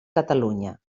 catalunya